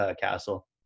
castle